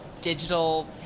digital